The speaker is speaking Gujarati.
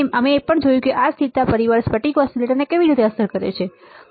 અમે એ પણ જોયું છે કે આ સ્થિરતા પરિબળ સ્ફટિક ઓસિલેટરને કેવી રીતે અસર કરે છે